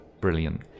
brilliant